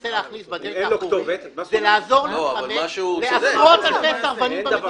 מנסה להכניס בדלת האחורית זה לעזור לעשרות אלפי סרבנים במדינה להתחמק.